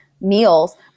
meals